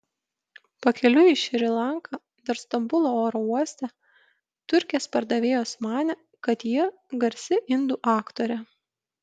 pakeliui į šri lanką dar stambulo oro uoste turkės pardavėjos manė kad ji garsi indų aktorė